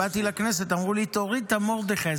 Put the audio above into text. וכשבאתי לכנסת אמרו: תוריד את המרדכי,